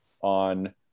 on